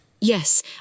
Yes